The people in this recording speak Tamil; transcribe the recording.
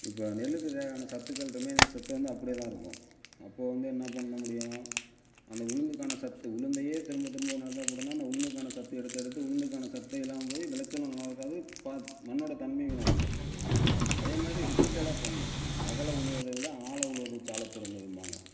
இப்போ நெல்லுக்கு தேவையான சத்துக்கள் ரிமைனிங் சத்து வந்து அப்படியே தான் இருக்கும் அப்போது வந்து என்ன பண்ண முடியும் அந்த உளுந்துக்கான சத்து உளுந்தையே திரும்ப திரும்ப நிலத்துல போட்டோம்தான் அந்த உளுந்துக்கான சத்து எடுத்து எடுத்து உளுந்துக்கான சத்தையெல்லாம் போய் விளைச்சலும் நல்லாயிருக்காது பா மண்ணோட தன்மை வீணாக போய்விடும் அதே மாதிரி ரிப்பீட்டடாக போடணும் அகல உழுவதை விட ஆழ உழுவது சால சிறந்ததும்பாங்க